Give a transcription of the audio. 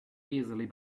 easily